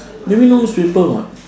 maybe no newspaper what